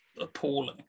appalling